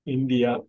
India